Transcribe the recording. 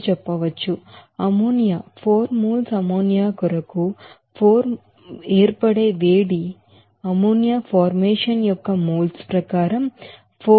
ammonia 4 moles ammonia కొరకు ammonia యొక్క 4 moles ఏర్పడే వేడిమి అమ్మోనియా ఫార్మేషన్ యొక్క moles ప్రకారం4 నుంచి 11